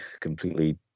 completely